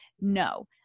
No